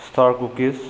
star cookies